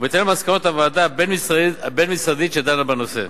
בהתאם למסקנות הוועדה הבין-משרדית שדנה בנושא,